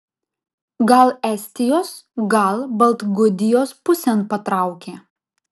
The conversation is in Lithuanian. gal estijos gal baltgudijos pusėn patraukė